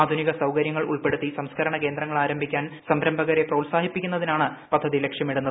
ആധുനിക സൌകര്യങ്ങൾ ഉൾപ്പെടുത്തി സംസ്കരണ കേന്ദ്രങ്ങൾ ആരംഭിക്കാൻ സംരംഭകരെ പ്രോത്സാഹിപ്പിക്കുന്നതിനാണ് പദ്ധതി ലക്ഷ്യമിടുന്നത്